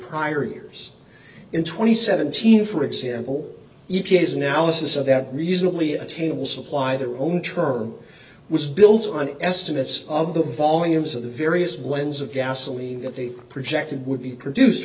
prior years in twenty seventeen for example e p a is analysis of that reasonably attainable supply their own term was built on estimates of the volumes of the various ones of gasoline at the projected would be produced